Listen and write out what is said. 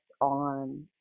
on